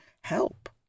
help